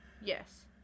Yes